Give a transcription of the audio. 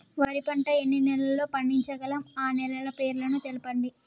వరి పంట ఎన్ని నెలల్లో పండించగలం ఆ నెలల పేర్లను తెలుపండి?